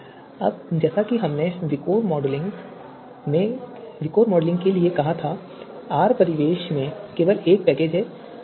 अब जैसा कि हमने विकोर मॉडलिंग के लिए कहा था R परिवेश में केवल एक पैकेज है यानी MCDM